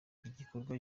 ibikorwa